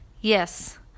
Yes